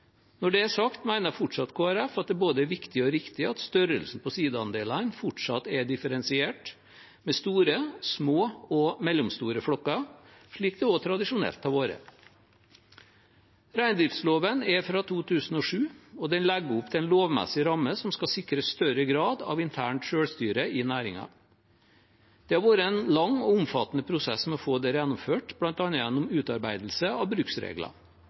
Når det er sagt, mener fortsatt Kristelig Folkeparti at det er både viktig og riktig at størrelsen på sida-andelene fortsatt er differensiert, med store, små og mellomstore flokker, slik det også tradisjonelt har vært. Reindriftsloven er fra 2007, og den legger opp til en lovmessig ramme som skal sikre større grad av internt selvstyre i næringen. Det har vært en lang og omfattende prosess med å få dette gjennomført, bl.a. gjennom utarbeidelse av bruksregler.